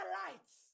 lights